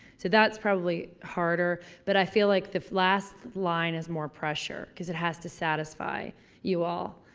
so that's probably harder. but i feel like the last line is more pressure cuz it has to satisfy you all.